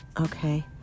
Okay